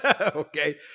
Okay